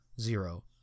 zero